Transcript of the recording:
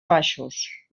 baixos